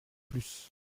plus